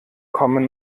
kommen